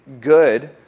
good